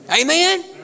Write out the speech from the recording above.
Amen